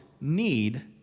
need